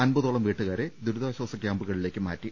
അമ്പതോളം വീട്ടുകാരെ ദുരിതാശാസ ക്യാമ്പുകളിലേക്ക് മാറ്റി